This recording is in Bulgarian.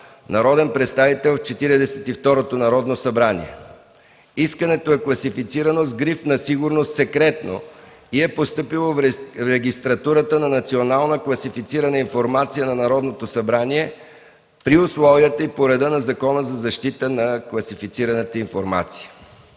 народен представител в Четиридесет и второто Народно събрание. Искането е класифицирано с гриф на сигурност „Секретно” и е постъпило в Регистратурата за национална класифицирана информация на Народното събрание при условията и по реда на Закона за защита на класифицираната информация.